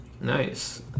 Nice